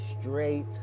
straight